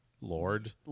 lord